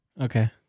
Okay